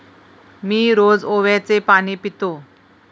मी रोज ओव्याचे पाणी पितो